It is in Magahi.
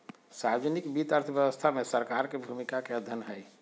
सार्वजनिक वित्त अर्थव्यवस्था में सरकार के भूमिका के अध्ययन हइ